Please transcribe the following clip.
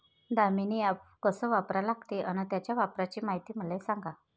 Damini app कस वापरा लागते? अन त्याच्या वापराची मायती मले सांगा